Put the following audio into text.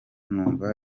numva